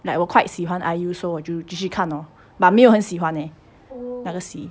like 我 quite 喜欢 IU so 我就继续看 loh but 没有很喜欢 leh 那个戏